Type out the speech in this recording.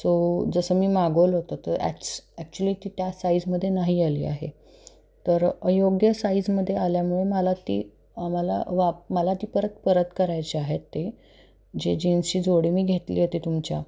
so जसं मी मागवलं होतं तर ॲक्च ॲक्चुली ती त्या साईजमध्ये नाही आली आहे तर अयोग्य साईजमध्ये आल्यामुळे मला ती मला वापर मला ती परत परत करायची आहेत ते जे जीन्सची जोडी मी घेतली होती तुमच्या